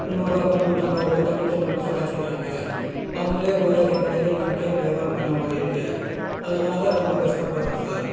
நூறுரூவா கொடு நூற்றைம்பது ரூபாய் கொடுன்னு தண்ணி அடித்தா ரொம்ப சத்தாச்சிக்கிறாங்க அவங்களையும் நாங்கள் வியாபாரம் பண்ற மாதிரி இருக்குது அதனால் ரொம்ப கஷ்டப்படுறோம் சார்